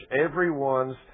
everyone's